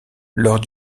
lors